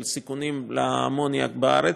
של סיכונים מאמוניה בארץ,